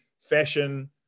fashion